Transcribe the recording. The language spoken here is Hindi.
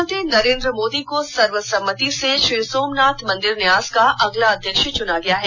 प्रधानमंत्री नरेन्द्र मोदी को सर्वसम्मति से श्री सोमनाथ मंदिर न्यास का अगला अध्य क्ष चूना गया है